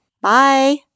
Bye